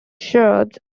shrubs